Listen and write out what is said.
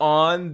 on